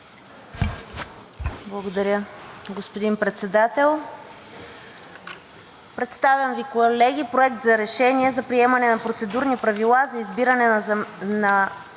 Благодаря, господин Председател. Представям Ви, колеги, Проект на решение за приемане на процедурни правила за избиране на